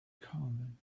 common